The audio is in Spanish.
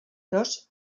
dos